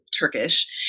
Turkish